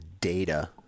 data